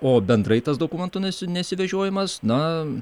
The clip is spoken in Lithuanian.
o bendrai tas dokumento nesi nesivežiojimas na